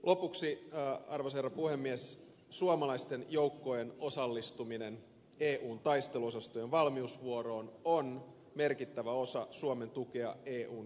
lopuksi arvoisa herra puhemies suomalaisten joukkojen osallistuminen eun taisteluosastojen valmiusvuoroon on merkittävä osa suomen tukea eun kriisinhallintaan